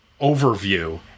overview